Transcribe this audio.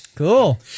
Cool